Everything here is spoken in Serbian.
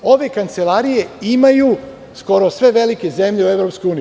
Ove kancelarije imaju skoro sve velike zemlje EU.